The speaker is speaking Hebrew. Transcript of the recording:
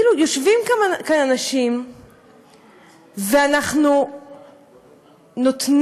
כאילו יושבים כאן אנשים ואנחנו נותנים,